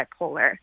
bipolar